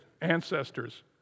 ancestors